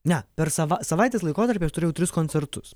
ne per sava savaitės laikotarpį aš turėjau tris koncertus